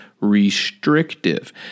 restrictive